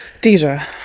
Deja